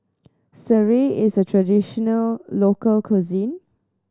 sireh is a traditional local cuisine